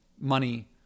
money